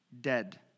Dead